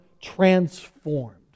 transformed